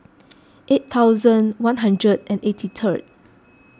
eight thousand one hundred and eighty third